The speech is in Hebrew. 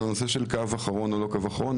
קו אחרון או לא קו אחרון.